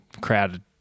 crowded